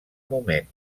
moment